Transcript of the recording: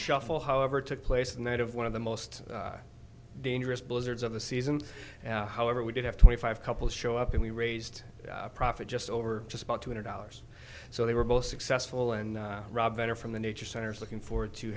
shuffle however took place in need of one of the most dangerous blizzards of the season however we did have twenty five couples show up and we raised a profit just over just about two hundred dollars so they were both successful and rob better from the nature center is looking forward to